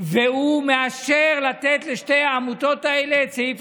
והוא מאשר לתת לשתי העמותות האלה את סעיף